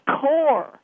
core